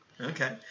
Okay